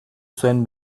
zuen